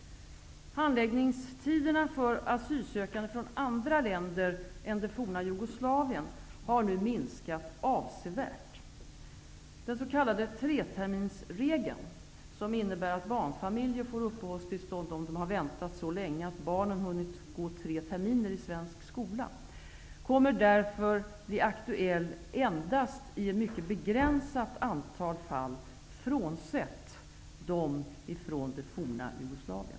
Handläggningstiderna för asylsökande från andra länder än det forna Jugoslavien har nu minskat avsevärt. Den s.k. treterminsregeln, som innebär att barnfamiljer får uppehållstillstånd om de väntat så länge att barnen hunnit gå tre terminer i svensk skola, kommer därför att bli aktuell endast i ett mycket begränsat antal fall frånsett de f.d.